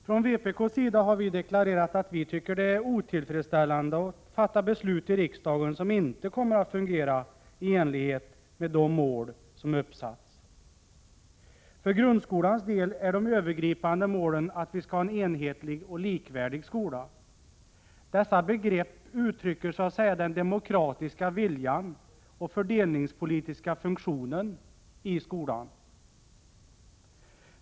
Från vpk:s sida har vi deklarerat att vi tycker det är otillfredsställande att fatta beslut i riksdagen som inte kommer att fungera i enlighet med de mål som uppsatts. För grundskolans del är de övergripande målen att vi skall ha en enhetlig och likvärdig skola. Dessa begrepp uttrycker så att säga den demokratiska viljan och fördelningspolitiska funktionen i skolan.